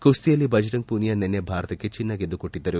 ಕುಸ್ತಿಯಲ್ಲಿ ಬಜರಂಗ್ ಪುನಿಯಾ ನಿನ್ನೆ ಭಾರತಕ್ಕೆ ಚಿನ್ನ ಗೆದ್ದುಕೊಟ್ಟದ್ದರು